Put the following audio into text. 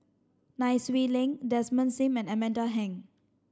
Nai Swee Leng Desmond Sim and Amanda Heng